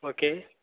okay